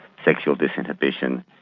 sexual disinhibition.